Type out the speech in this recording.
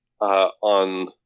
on